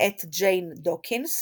מאת ג'יין דוקינס